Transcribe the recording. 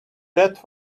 that